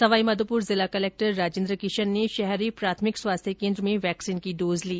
सवाई माधोपुर जिला कलेक्टर राजेंद्र किशन ने शहरी प्राथमिक स्वास्थ्य केंद्र में वैक्सीन की डोज ली